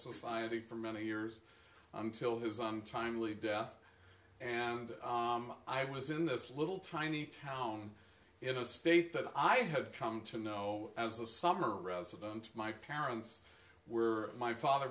society for many years until his untimely death and i was in this little tiny town in a state that i had come to know as a summer resident my parents were my father